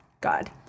God